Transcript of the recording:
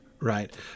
Right